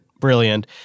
Brilliant